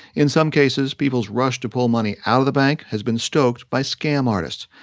in some cases, people's rush to pull money out of the bank has been stoked by scam artists.